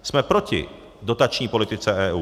Jsme proti dotační politice EU.